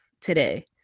today